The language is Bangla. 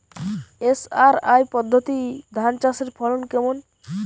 এস.আর.আই পদ্ধতি ধান চাষের ফলন কেমন?